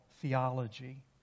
theology